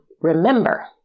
remember